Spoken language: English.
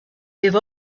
give